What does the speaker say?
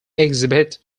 exhibit